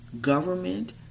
government